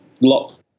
lots